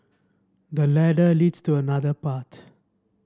the ladder leads to another path